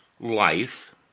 life